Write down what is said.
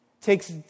takes